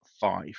five